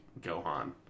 Gohan